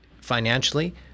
financially